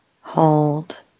hold